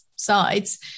sides